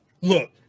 look